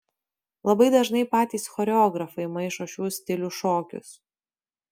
labai dažnai patys choreografai maišo šių stilių šokius